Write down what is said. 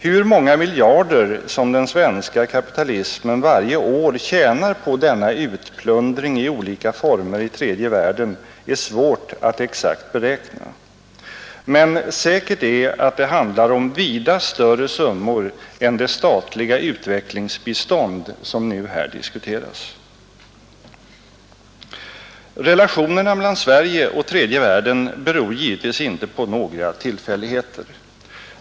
Hur många miljarder som den svenska kapitalismen varje år tjänar på denna utplundring i olika former i tredje världen är svårt att exakt beräkna. Men säkert är att det handlar om vida större summor än det statliga utvecklingsbistånd som nu här diskuteras. Relationerna mellan Sverige och tredje världen beror givetvis inte på några tillfälligheter.